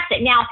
now